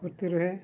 ଫୁର୍ତ୍ତି ରହେ